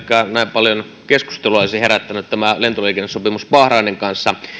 paljon keskustelua olisi herättänyt tämä lentoliikennesopimus bahrainin kanssa